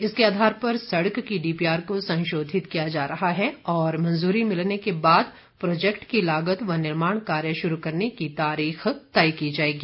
इसके आधार पर सड़क की डीपीआर को संशोधित किया जा रहा है और मंजूरी मिलने के बाद प्रोजैक्ट की लागत व निर्माण कार्य शुरू करने की तारीख तय की जाएगी